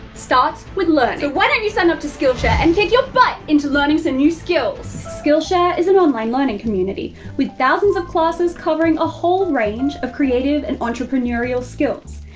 starts with learning. so but why don't you sign up to skillshare and kick your butt into learning some new skills! skillshare is an online learning community, with thousands of classes covering a whole range of creative and entrepreneurial skills.